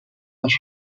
大学